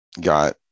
got